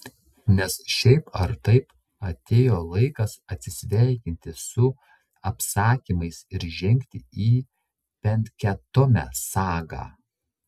nes šiaip ar taip atėjo laikas atsisveikinti su apsakymais ir žengti į penkiatomę sagą